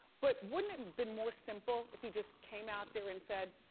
but wouldn't it have been more simple if he just came out there and said,